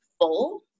full